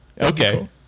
Okay